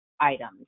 items